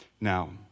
Now